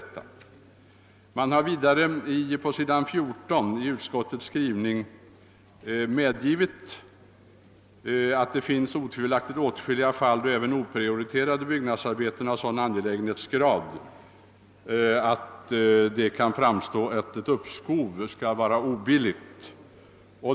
Utskottet har vidare i sin skrivning på s. 14 i utlåtandet medgivit att det otvivelaktigt finns åtskilliga fall där även oprioriterade byggnadsarbeten har sådan angelägenhetsgrad att ett uppskov skulle framstå som obilligt.